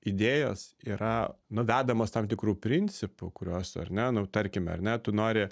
idėjos yra nu vedamos tam tikrų principų kuriuos ar ne nu tarkim ar ne tu nori